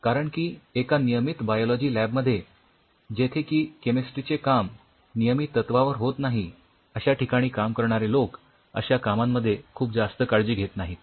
कारण की एका नियमित बायोलॉजी लॅब मध्ये जेथे की केमिस्ट्रीचे काम नियमित तत्वावर होत नाही अश्या ठिकाणी काम करणारे लोक अश्या कामांमध्ये खूप जास्त काळजी घेत नाहीत